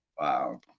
Wow